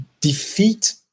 defeat